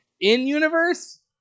In-universe